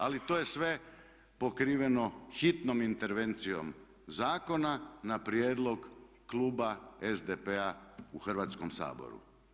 Ali to je sve pokriveno hitnom intervencijom zakona na prijedlog kluba SDP-a u Hrvatskom saboru.